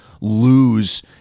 lose